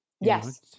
Yes